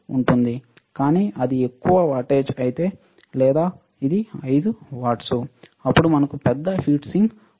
కానీ అది ఎక్కువ వాటేజ్ లేదా ఇది 5 వాట్స్ అయితే అప్పుడు మనకు పెద్ద హీట్ సింక్ ఉంటుంది